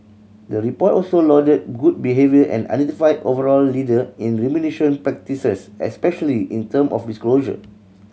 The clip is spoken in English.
the report also lauded good behaviour and identified overall leader in remuneration practices especially in term of disclosure